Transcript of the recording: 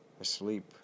asleep